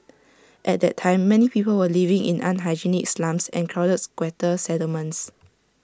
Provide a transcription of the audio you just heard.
at that time many people were living in unhygienic slums and crowded squatter settlements